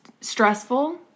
stressful